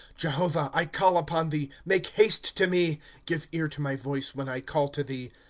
jehovah, i call upon thee make haste to me give ear to my voice, when i call to the.